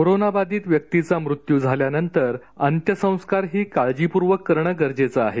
कोरोनाबाधित व्यक्तीचा मृत्यू झाल्यानंतर अंत्यसंस्कारही काळजीपूर्वक करणं गरजेचं आहे